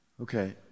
Okay